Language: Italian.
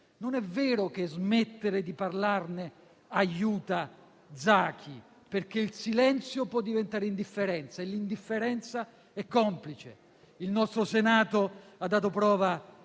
Non è vero che smettere di parlarne aiuta Zaki, perché il silenzio può diventare indifferenza e l'indifferenza è complice. Il nostro Senato ha dato prova